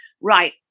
Right